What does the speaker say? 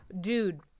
dude